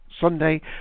Sunday